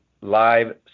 live